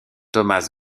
thomas